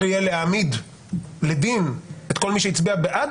אפשר יהיה להעמיד לדין את כל מי שהצביע בעד